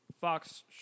Fox